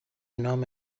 نام